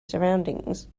surroundings